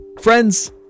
Friends